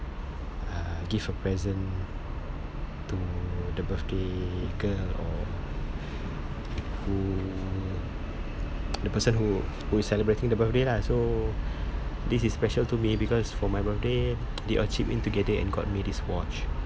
uh give a present to the birthday girl or who the person who who is celebrating the birthday lah so this is special to me because for my birthday they all chipped in together and got me this watch